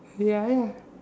ya ya